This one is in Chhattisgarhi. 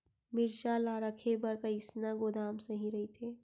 मिरचा ला रखे बर कईसना गोदाम सही रइथे?